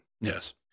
yes